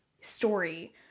story